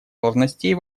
должностей